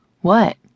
What